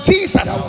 Jesus